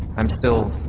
i'm still.